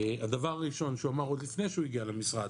הדבר הראשון שהוא אמר עוד לפני שהוא הגיע למשרד,